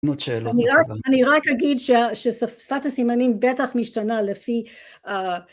אני רק אגיד ששפת הסימנים בטח משתנה לפי